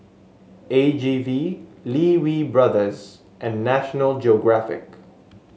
A G V Lee Wee Brothers and National Geographic